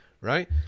Right